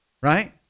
right